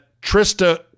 Trista